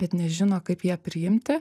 bet nežino kaip ją priimti